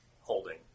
holding